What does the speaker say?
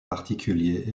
particulier